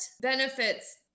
benefits